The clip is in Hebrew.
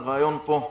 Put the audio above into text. הרעיון פה,